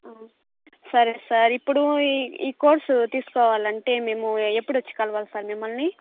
సరే సార్ ఇప్పుడు ఈ కోర్స్ తీసుకోవాలంటే మేము ఎప్పుడు వచ్చి కలవాలి సార్ మిమ్మల్ని